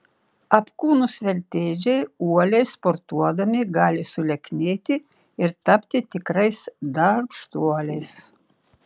apkūnūs veltėdžiai uoliai sportuodami gali sulieknėti ir tapti tikrais darbštuoliais